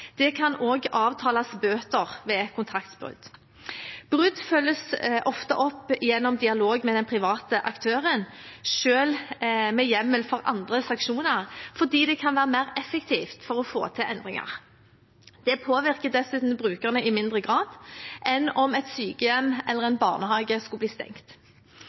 Det kan også avtales bøter ved kontraktsbrudd. Brudd følges ofte opp gjennom dialog med den private aktøren, selv med hjemmel for andre sanksjoner, fordi det kan være mer effektivt for å få til endringer. Det påvirker dessuten brukerne i mindre grad enn om et sykehjem eller en barnehage skulle bli stengt.